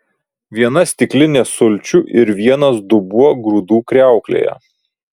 viena stiklinė sulčių ir vienas dubuo grūdų kriauklėje